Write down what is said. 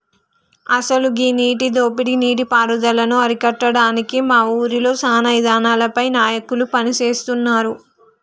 అసలు గీ నీటి దోపిడీ నీటి పారుదలను అరికట్టడానికి మా ఊరిలో సానా ఇదానాలపై నాయకులు పని సేస్తున్నారు